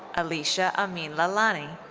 alishah amin lalani.